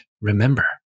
remember